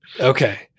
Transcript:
Okay